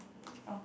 oh